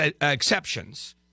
exceptions